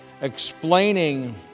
explaining